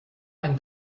ein